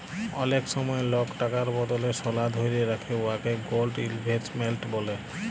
অলেক সময় লক টাকার বদলে সলা ধ্যইরে রাখে উয়াকে গোল্ড ইলভেস্টমেল্ট ব্যলে